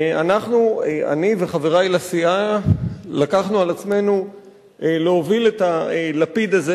אני וחברי לסיעה לקחנו על עצמנו להוביל את הלפיד הזה,